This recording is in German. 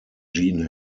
gene